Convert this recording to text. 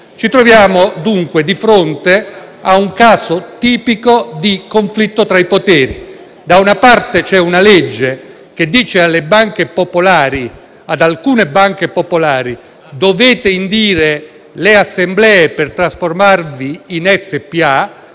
Ci troviamo, dunque, di fronte a un caso tipico di conflitto tra i poteri: da una parte, c'è una legge che dice ad alcune banche popolari che devono indire le assemblee per trasformarsi in SpA